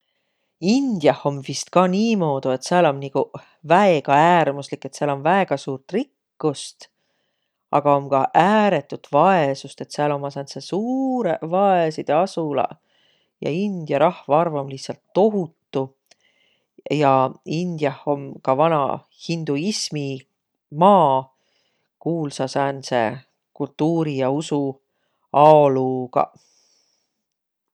Indiah om vist kah niimoodu, et sääl om niguq väega äärmusik, et sääl om väega suurt rikkust, aga om ka ääretüt vaesust. Et sääl ommaq sääntseq suurõq vaesidõ asulaq. Ja India rahvaarv om lihtsält tohutu. Ja Indiah om ka vana hinduismi maa kuulsa sääntse kultuuri ja usu aoluugaq.